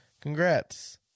Congrats